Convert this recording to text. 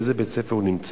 באיזה בית-ספר הוא נמצא,